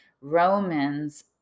Romans